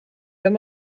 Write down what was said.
wenn